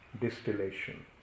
distillation